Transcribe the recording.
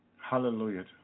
Hallelujah